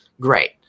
great